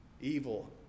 evil